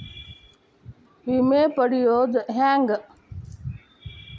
ವಿಮೆ ಪಡಿಯೋದ ಹೆಂಗ್?